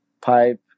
pipe